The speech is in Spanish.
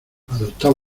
adoptaba